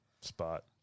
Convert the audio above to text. spot